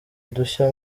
udushya